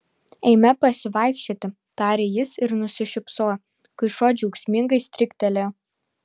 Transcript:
eime pasivaikščioti tarė jis ir nusišypsojo kai šuo džiaugsmingai stryktelėjo